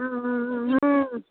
हूँ हूँ